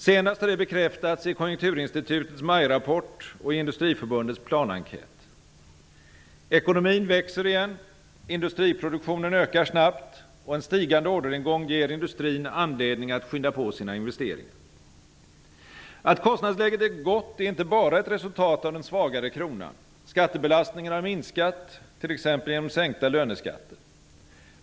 Senast har det bekräftats i Industriförbundets planenkät. Ekonomin växer igen, industriproduktionen ökar snabbt och en stigande orderingång ger industrin anledning att skynda på sina investeringar. Att kostnadsläget är gott är inte bara ett resultat av den svagare kronan. Skattebelastningen har minskat, t.ex. genom sänkta löneskatter.